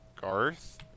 Garth